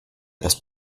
das